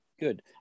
Good